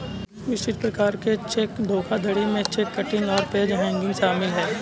विशिष्ट प्रकार के चेक धोखाधड़ी में चेक किटिंग और पेज हैंगिंग शामिल हैं